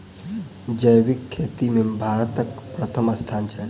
जैबिक खेती मे भारतक परथम स्थान छै